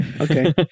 Okay